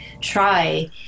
try